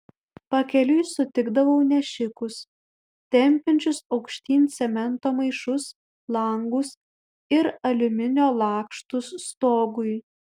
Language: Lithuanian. pakeliui sutikdavau nešikus tempiančius aukštyn cemento maišus langus ir aliuminio lakštus stogui